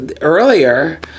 earlier